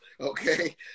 Okay